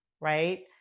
Right